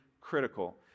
critical